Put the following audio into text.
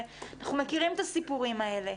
אנחנו מכירים את הסיפורים האלה.